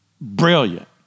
brilliant